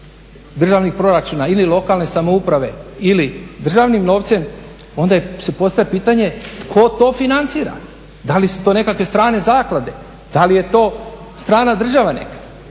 državnog proračuna ili lokalne samouprave ili državnim novcem onda se p ostavlja pitanje tko to financira? Da li su to nekakve strane zaklade, da li je to strana država neka?